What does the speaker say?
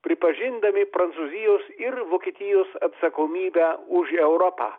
pripažindami prancūzijos ir vokietijos atsakomybę už europą